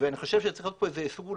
ואני חושב שצריכה להיות הדרגתיות.